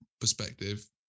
perspective